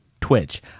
twitch